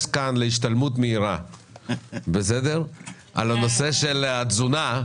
כאן להשתלמות מהירה על נושא התזונה,